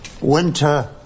Winter